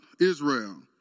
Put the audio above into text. Israel